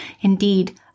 indeed